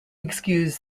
excuse